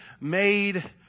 made